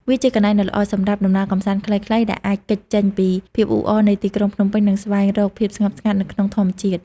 វាជាកន្លែងដ៏ល្អសម្រាប់ដំណើរកម្សាន្តខ្លីៗ ដែលអាចគេចចេញពីភាពអ៊ូអរនៃទីក្រុងភ្នំពេញ និងស្វែងរកភាពស្ងប់ស្ងាត់នៅក្នុងធម្មជាតិ។